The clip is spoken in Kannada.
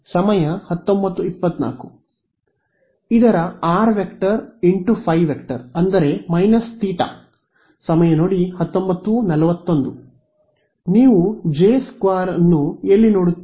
ಇದರ rˆ × ಫೈ ಅಂದರೆ ತೀಟಾ ನೀವು ಜೆ೨ ಅನ್ನು ಎಲ್ಲಿ ನೋಡುತ್ತೀರಿ